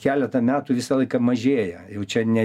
keletą metų visą laiką mažėja jau čia ne